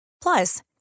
Plus